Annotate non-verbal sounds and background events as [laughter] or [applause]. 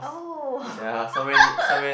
oh [laughs]